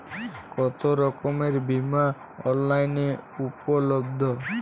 কতোরকমের বিমা অনলাইনে উপলব্ধ?